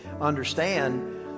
understand